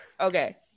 okay